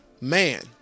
man